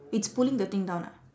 it's pulling the thing down ah